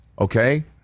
Okay